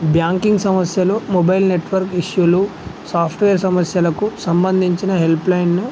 banking సమస్యలు mobile network ఇష్యూలు software సమస్యలకు సంబంధించిన హెల్ప్ లైన్ను